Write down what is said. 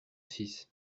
six